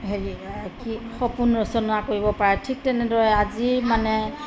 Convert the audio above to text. হেৰি অঁ কি সপোন ৰচনা কৰিব পাৰে ঠিক তেনেদৰে আজিৰ মানে